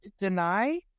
deny